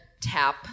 tap